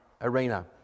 arena